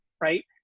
right